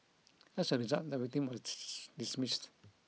as a result the victim was dismissed